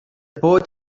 poet